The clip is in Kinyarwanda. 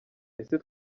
ese